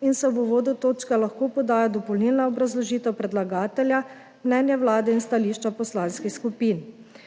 in se v uvodu točke lahko poda dopolnilna obrazložitev predlagatelja, mnenje Vlade in stališča poslanskih skupin.